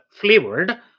flavored